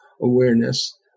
awareness